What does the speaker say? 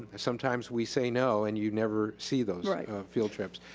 sometimes we say no and you never see those field trips.